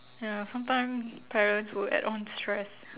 ya sometime parents will add on stress